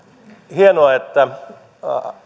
hienoa että